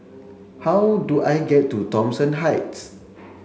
how do I get to Thomson Heights